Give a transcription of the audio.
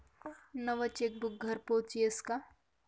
नवं चेकबुक घरपोच यस का?